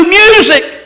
music